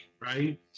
right